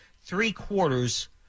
three-quarters